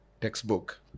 textbook